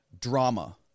drama